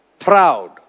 proud